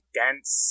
dense